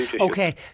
Okay